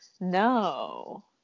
no